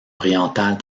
orientales